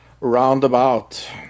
roundabout